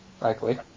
Likely